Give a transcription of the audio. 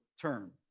term